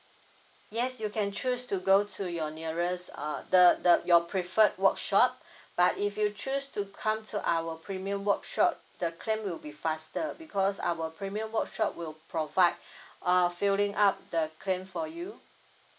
yes you can choose to go to your nearest uh the the your preferred workshop but if you choose to come to our premium workshop the claim will be faster because our premium workshop will provide uh filling up the claim for you